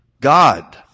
God